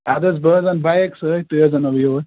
اَدٕ حظ بہٕ حظ اَنہٕ بایِک سۭتۍ تُہۍ حظ اَنو بہٕ یوٗرۍ